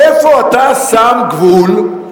איפה אתה שם גבול,